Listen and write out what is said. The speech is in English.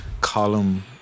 column